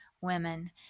women